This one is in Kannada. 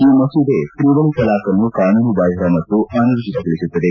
ಈ ಮಸೂದೆ ತ್ರಿವಳಿ ತಲಾಖ್ ಅನ್ನು ಕಾನೂನು ಬಾಹಿರ ಮತ್ತು ಅನೂರ್ಜೆತಗೊಳಿಸುತ್ತದೆ